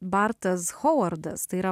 bartas houardas tai yra